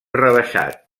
rebaixat